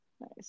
Nice